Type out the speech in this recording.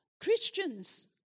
Christians